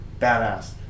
Badass